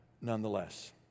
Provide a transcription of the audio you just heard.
nonetheless